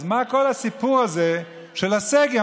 אז מה כל הסיפור הזה של הסגר?